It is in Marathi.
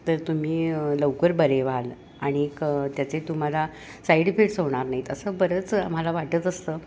तर तुम्ही लवकर बरे व्हाल आणिक त्याचे तुम्हाला साईड इफेक्ट्स होणार नाही आहेत असं बरंच आम्हाला वाटत असतं